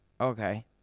okay